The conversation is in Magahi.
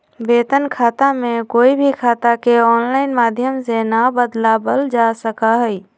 वेतन खाता में कोई भी खाता के आनलाइन माधम से ना बदलावल जा सका हई